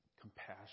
Compassion